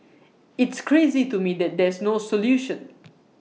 it's crazy to me that there's no solution